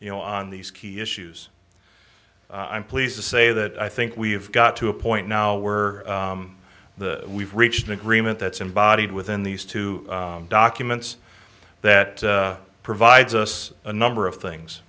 you know on these key issues i'm pleased to say that i think we've got to a point now where the we've reached an agreement that's embodied within these two documents that provides us a number of things